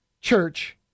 Church